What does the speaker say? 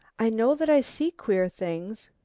i know that i see queer things.